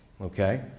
okay